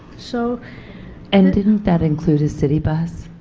so and didn't that include a city bus?